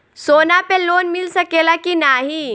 सोना पे लोन मिल सकेला की नाहीं?